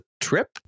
Trip